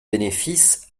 bénéfices